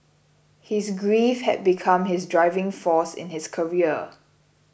his grief had become his driving force in his career